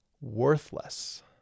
worthless